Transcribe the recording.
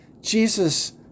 Jesus